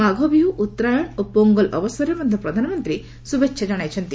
ମାଘ ବିହ୍ ଉତ୍ତରାୟଣ ଓ ପୋଙ୍ଗଲ ଅବସରରେ ମଧ୍ୟ ପ୍ରଧାନମନ୍ତ୍ରୀ ଶୁଭ୍ରେଚ୍ଛା କଣାଇଛନ୍ତି